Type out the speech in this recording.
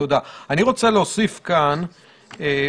אני רוצה להוסיף את מספר